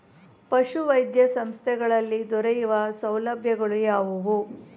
ಪಶುವೈದ್ಯ ಸಂಸ್ಥೆಗಳಲ್ಲಿ ದೊರೆಯುವ ಸೌಲಭ್ಯಗಳು ಯಾವುವು?